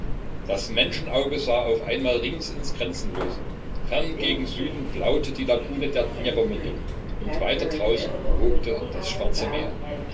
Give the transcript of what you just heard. das menschenauge sah auf einmal rings ins grenzenlose fern gegen süden blaute die lagune der dnjeprmündung und weiter draußen wogte das schwarze meer